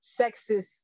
sexist